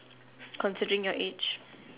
considering your age